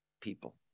people